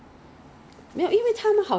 上次你不是讲这个很咸 meh